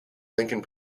lincoln